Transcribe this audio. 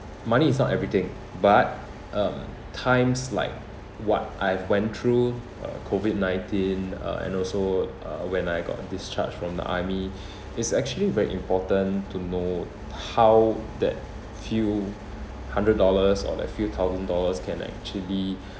money is not everything but um times like what I've went through uh COVID nineteen uh and also uh when I got discharged from the army is actually very important to know how that few hundred dollars or that few thousand dollars can actually